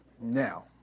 Now